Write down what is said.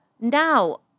Now